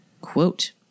quote